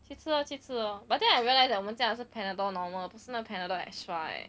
去吃 lor 去吃 lor but then I realise that 我们家的是 panadol normal 的不是那个 panadol extra leh